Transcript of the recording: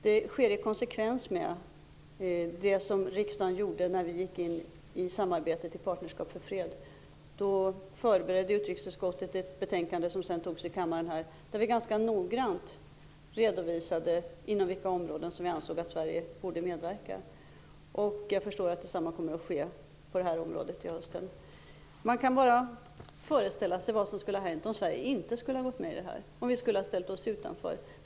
Det sker i konsekvens med det som riksdagen gjorde när Sverige gick in i samarbetet inom Partnerskap för fred. Då förberedde utrikesutskottet ett betänkande som sedan behandlades i kammaren, där utskottet ganska noggrant redovisade inom vilka områden det ansåg att Sverige borde medverka. Jag förstår att detsamma kommer att ske på det här området till hösten. Man kan bara föreställa sig vad som skulle ha hänt om Sverige inte skulle ha gått med i detta - om Sverige skulle ha ställt sig utanför.